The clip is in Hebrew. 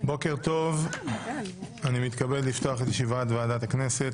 בוקר טוב, אני מתכבד לפתוח את ישיבת הכנסת.